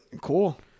Cool